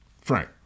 Frank